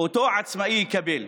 אותו עצמאי יקבל.